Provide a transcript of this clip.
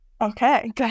Okay